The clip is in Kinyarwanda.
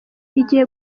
igiye